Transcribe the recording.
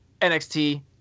NXT